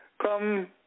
Come